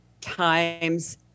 times